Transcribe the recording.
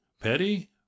petty